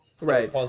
Right